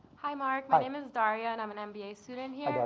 hi, mark, my name is daria, and i'm an mba student here.